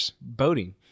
boating